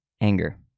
Anger